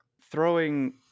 Throwing